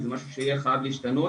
וזה משהו שיהיה חייב להשתנות.